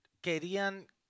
querían